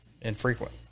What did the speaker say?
infrequent